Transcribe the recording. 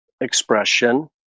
expression